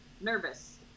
nervous